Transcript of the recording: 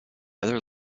other